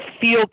feel